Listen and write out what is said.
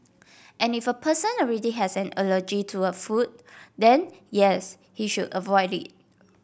and if a person already has an allergy to a food then yes he should avoid it